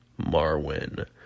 Marwin